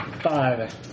five